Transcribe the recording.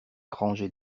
rangées